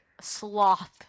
sloth